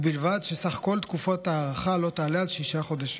ובלבד שסך כל תקופת ההארכה לא תעלה על שישה חודשים.